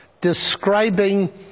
describing